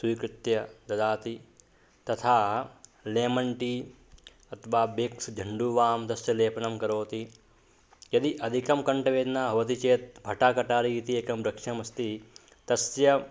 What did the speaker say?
स्वीकृत्य ददाति तथा लेमण् टि अथवा बिक्स् झण्डुवां तस्य लेपनं करोति यदि अधिका कण्ठवेदना भवति चेत् भटाकटारे इति एकं वृक्षमस्ति तस्य